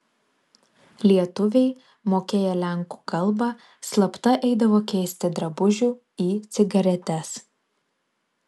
lietuviai mokėję lenkų kalbą slapta eidavo keisti drabužių į cigaretes